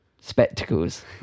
spectacles